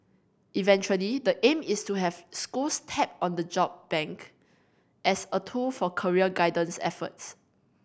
eventually the aim is to have schools tap on the job bank as a tool for career guidance efforts